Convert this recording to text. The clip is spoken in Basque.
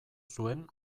zuen